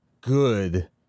good